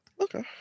Okay